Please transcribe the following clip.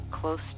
close